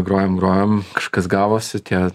grojom grojom kažkas gavosi tie